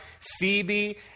Phoebe